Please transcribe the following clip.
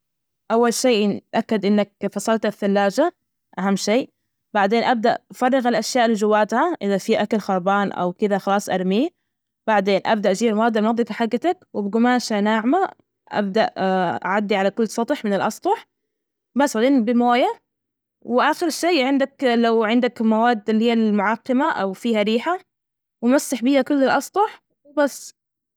أول شي تأكد إنك فصلت الثلاجة، أهم شي بعدين أبدأ فرغ الأشياء اللي جواتها، إذا في أكل خربان أو كدا، خلاص أرميه، بعدين أبدأ جيب المواد المنظفة حجتك وبجماشة ناعمة، أبدأ أعدي على كل سطح من الأسطح، بس بعدين بموية، وآخر شي عندك، لو عندك مواد اللي هي المعقمة أو فيها ريحة ومسح بيها كل الأسطح وبس.